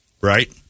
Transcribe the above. right